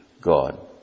God